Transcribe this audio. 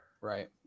right